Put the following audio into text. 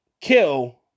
kill